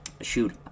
shoot